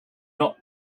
not